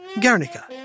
Guernica